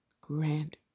grant